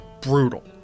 brutal